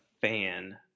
fan